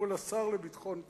מול השר לביטחון הפנים.